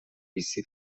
bizi